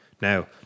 Now